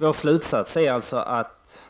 Vår slutsats av detta är att